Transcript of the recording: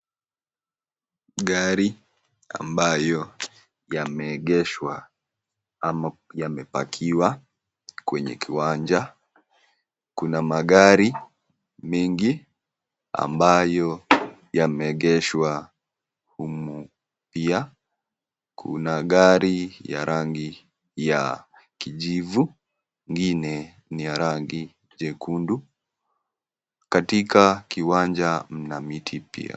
Gari ambayo yameegeshwa ama yamepakiwa kwenye kiwanja. Kuna magari mingi ambayo yameegeshwa humu. Pia kuna gari ya rangi ya kijivu, ingine ni ya rangi jekundu. Katika kiwanja mna miti pia.